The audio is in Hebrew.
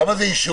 כמה זה אישור